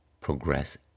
progress